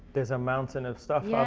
there's a mountain of stuff out